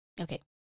Okay